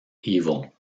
evil